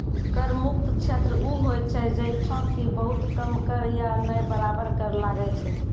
कर मुक्त क्षेत्र उ होय छै जैठां कि बहुत कम कर या नै बराबर कर लागै छै